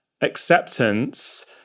acceptance